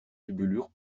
tubulure